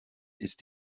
ist